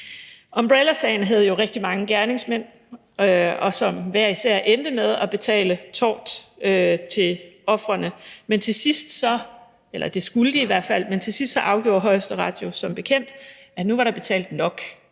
Umbrellasagen havde jo rigtig mange gerningsmænd, som hver især endte med at betale tort til ofrene, eller det skulle de i hvert fald, men til sidst afgjorde Højesteret jo som bekendt, at nu var der betalt nok